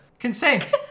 Consent